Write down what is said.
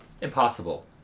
impossible